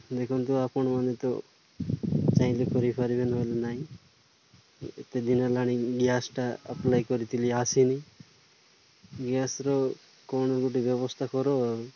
ଦେଖନ୍ତୁ ଆପଣମାନେ ତ ଚାହିଁଲେ କରିପାରିବେ ନହେଲେ ନାଇଁ ଏତେ ଦିନ ହେଲାଣି ଗ୍ୟାସ୍ଟା ଆପ୍ଲାଏ କରିଥିଲି ଆସିନି ଗ୍ୟାସ୍ର କ'ଣ ଗୋଟେ ବ୍ୟବସ୍ଥା କର ଆଉ